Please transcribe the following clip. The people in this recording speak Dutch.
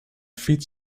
fiets